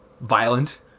violent